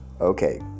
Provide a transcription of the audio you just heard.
Okay